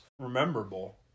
rememberable